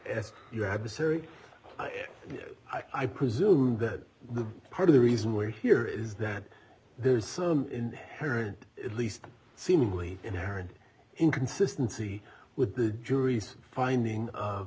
s you have to sorry i presume that part of the reason we're here is that there's some inherent at least seemingly inherent inconsistency with the jury's finding